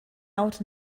out